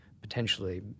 potentially